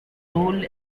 rule